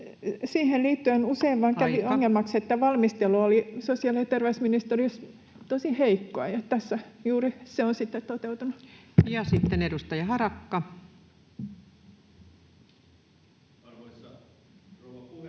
siihen liittyen usein vain kävi [Puhemies: Aika!] ongelmaksi, että valmistelu oli sosiaali- ja terveysministeriössä tosi heikkoa, ja tässä juuri se on sitten toteutunut. Ja sitten edustaja Harakka. Arvoisa rouva